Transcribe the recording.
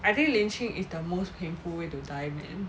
I think lynching is the most painful way to die man